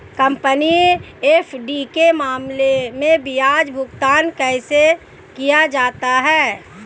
Company FD के मामले में ब्याज भुगतान कैसे किया जाता है?